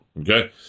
okay